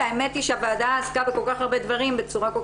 והאמת היא שהוועדה עסקה בכל כך הרבה דברים בצורה כל